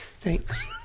Thanks